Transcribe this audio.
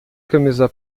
camisa